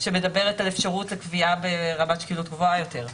שמדברת על אפשרות לקביעה ברמת שקילות גבוהה יותר.